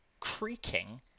Creaking